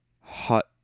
Hot